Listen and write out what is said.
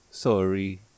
Sorry